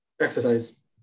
exercise